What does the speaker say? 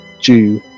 jew